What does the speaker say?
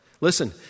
Listen